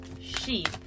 sheep